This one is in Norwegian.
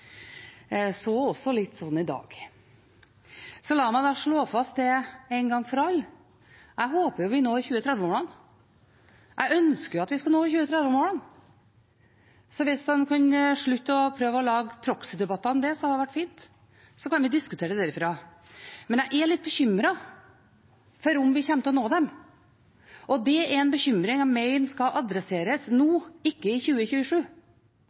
litt så også i dag. La meg slå fast en gang for alle: Jeg håper vi når 2030-målene. Jeg ønsker at vi skal nå 2030-målene. Hvis en kan slutte å prøve å lage proxy-debatter om det, hadde det vært fint. Så kan vi diskutere det derfra. Men jeg er litt bekymret for om vi kommer til å nå dem. Det er en bekymring jeg mener skal adresseres nå, ikke i 2027,